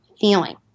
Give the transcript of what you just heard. feeling